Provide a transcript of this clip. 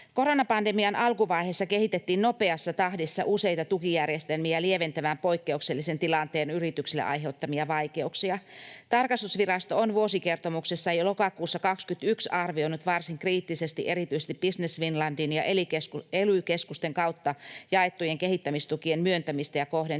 Koronapandemian alkuvaiheessa kehitettiin nopeassa tahdissa useita tukijärjestelmiä lieventämään poikkeuksellisen tilanteen yrityksille aiheuttamia vaikeuksia. Tarkastusvirasto on vuosikertomuksessaan jo lokakuussa 21 arvioinut varsin kriittisesti erityisesti Business Finlandin ja ely-keskusten kautta jaettujen kehittämistukien myöntämistä ja